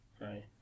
right